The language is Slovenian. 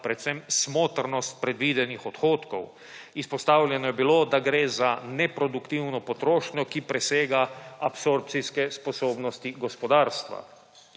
predvsem smotrnost predvidenih odhodkov. Izpostavljeno je bilo, da gre za neproduktivno potrošnjo, ki presega absorbcijske sposobnosti gospodarstva.